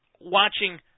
watching